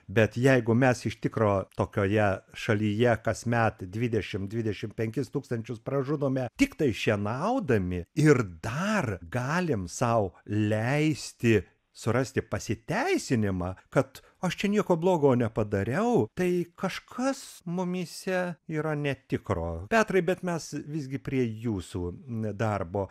bet jeigu mes iš tikro tokioje šalyje kasmet dvidešim dvidešim penkis tūkstančius pražudome tiktai šienaudami ir dar galim sau leisti surasti pasiteisinimą kad aš čia nieko blogo nepadariau tai kažkas mumyse yra netikro petrai bet mes visgi prie jūsų darbo